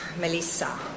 Melissa